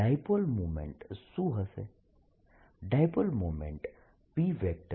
dipole moment શું હશે